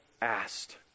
asked